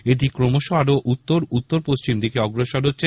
এটি ক্রমশঃ আরো উত্তর উত্তর পশ্চিম দিকে অগ্রসর হচ্ছে